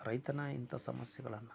ರೈತನ ಇಂಥ ಸಮಸ್ಯೆಗಳನ್ನು